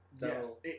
Yes